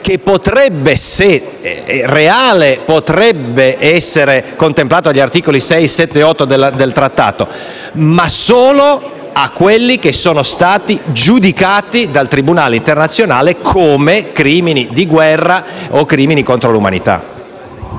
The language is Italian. che, se reale, potrebbe essere contemplato dagli articoli 6,7 e 8 del trattato, ma solo a fatti giudicati dal tribunale internazionale come crimini di guerra o crimini contro l'umanità.